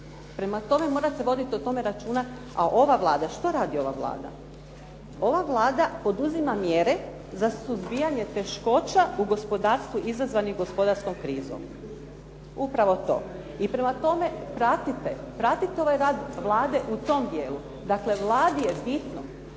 Prema tome, morate voditi o tome računa. A ova Vlada, što radi ova Vlada? Ova Vlada poduzimanje mjere za suzbijanje teškoća u gospodarstvu izazvane gospodarskom krizom. Upravo to. I prema tome, pratite ovaj rad Vlade u tom dijelu. Dakle, Vladi je bitno